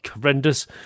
horrendous